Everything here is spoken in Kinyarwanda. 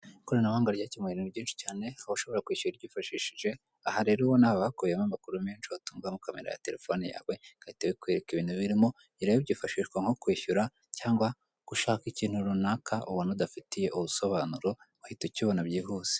Ikoranabuhanga ryakemuye ibintu byinshi cyane ukaba ushobora kwishyura uryifashishije, aha rero ubona haba hakubiyemo amakuru menshi watungaho kamera ya telefone yawe rigahita ibikwereka ibintu birimo, ibi rero byifashishwa nko kwishyura, cyangwa gushaka ikintu runaka ubona udafitiye ubusobanuro, wahita ukibona rwose.